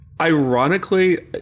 Ironically